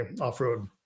off-road